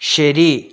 ശരി